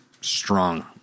strong